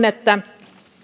että